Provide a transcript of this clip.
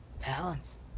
Balance